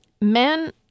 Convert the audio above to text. men